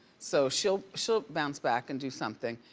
so she'll she'll bounce back and do something.